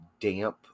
damp